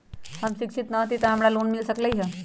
हम शिक्षित न हाति तयो हमरा लोन मिल सकलई ह?